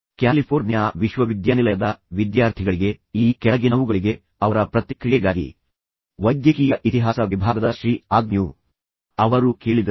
California ವಿಶ್ವವಿದ್ಯಾನಿಲಯದ ವಿದ್ಯಾರ್ಥಿಗಳಿಗೆ ಈ ಕೆಳಗಿನವುಗಳಿಗೆ ಅವರ ಪ್ರತಿಕ್ರಿಯೆಗಾಗಿ ವೈದ್ಯಕೀಯ ಇತಿಹಾಸ ವಿಭಾಗದ ಶ್ರೀ ಆಗ್ನ್ಯೂ ಅವರು ಕೇಳಿದರು